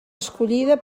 escollida